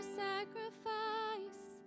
sacrifice